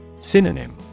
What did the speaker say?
Synonym